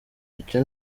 icyo